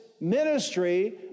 ministry